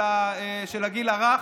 של הגיל הרך,